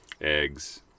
eggs